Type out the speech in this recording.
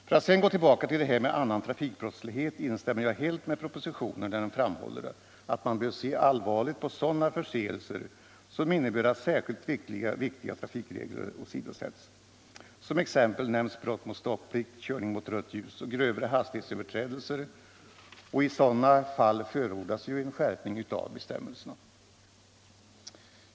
För att sedan gå tillbaka till det här med annan trafikbrottslighet instämmer jag helt med propositionen när den framhåller att man bör se allvarligt på sådana förseelser som innebär att särskilt viktiga trafikregler åsidosätts. Som exempel nämns brott mot stopplikt, körning mot rött ljus och grövre hastighetsöverträdelser och i sådana fall förordas ju en skärpning av bestämmelserna.